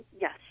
yes